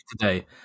today